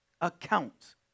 account